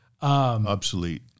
obsolete